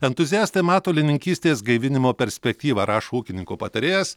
entuziastai mato linininkystės gaivinimo perspektyvą rašo ūkininko patarėjas